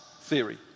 theory